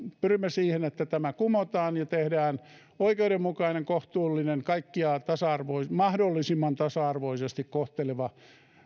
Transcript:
pyrimme siihen että tämä kumotaan ja tehdään oikeudenmukaista kohtuullista kaikkia mahdollisimman tasa arvoisesti kohtelevaa